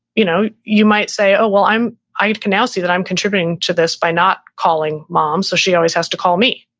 you know you might say, oh well, i can now see that i'm contributing to this by not calling mom. so she always has to call me.